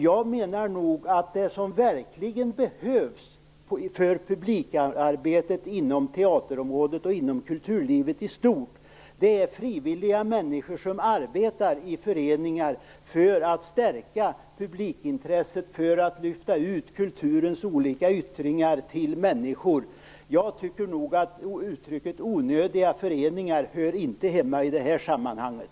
Jag menar att det som verkligen behövs för publikarbetet inom teaterområdet och inom kulturlivet i stort är frivilliga människor som arbetar i föreningar för att stärka publikintresset och för att lyfta ut kulturens olika yttringar till människor. Jag tycker att uttrycket onödiga föreningar inte hör hemma i sammanhanget.